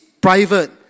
private